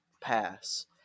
pass